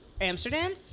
Amsterdam